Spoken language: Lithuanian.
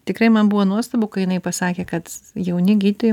tikrai man buvo nuostabu kai jinai pasakė kad jauni gydytojai